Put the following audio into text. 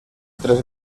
tres